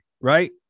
right